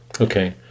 Okay